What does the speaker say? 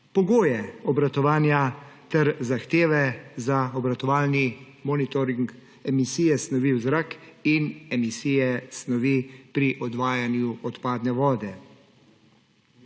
pogoje obratovanja ter zahteve za obratovalni monitoring emisije snovi v zrak in emisije snovi pri odvajanju odpadne vode.